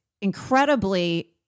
incredibly